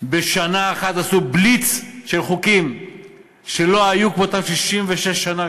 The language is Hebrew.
בשנה אחת עשו בליץ של חוקים שלא היו כמותם 66 שנה,